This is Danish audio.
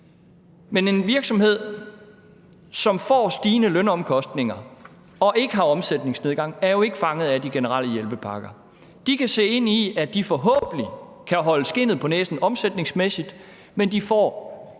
Men en virksomhed, som får stigende lønomkostninger og ikke har en omsætningsnedgang, er jo ikke omfattet af de generelle hjælpepakker. De kan se ind i, at de forhåbentlig kan holde skindet på næsen omsætningsmæssigt, men de får